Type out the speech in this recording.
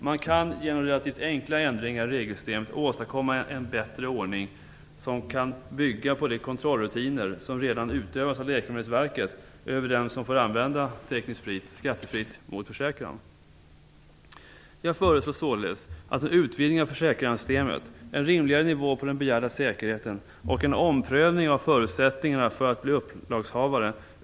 Man kan genom relativt enkla ändringar i regelsystemet åstadkomma en bättre ordning som kan bygga på de kontrollrutiner som redan utövas av Läkemedelsverket över dem som får använda teknisk sprit skattefritt mot försäkran. Jag föreslår således att man närmare överväger en utvidning av försäkranssystemet, en rimligare nivå på de begärda säkerheten och en omprövning av förutsättningarna för att bli upplagshavare.